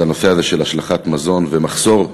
לנושא הזה של השלכת מזון ומחסור במזון,